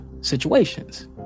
situations